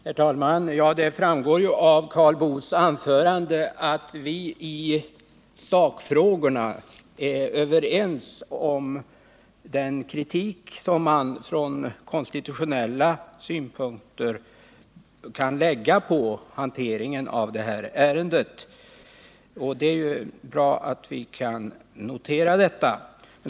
Herr talman! Det framgår av Karl Boos anförande att vi i sakfrågorna är överens om den kritik som man från konstitutionella synpunkter kan rikta mot hanteringen av det här ärendet. Det är ju bra att vi kan notera det.